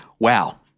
wow